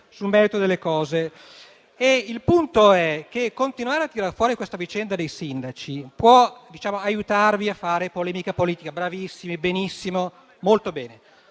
Il punto è che continuare a tirar fuori questa vicenda dei sindaci può aiutarvi a fare polemica politica - benissimo, bravissimi, molto bene